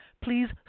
please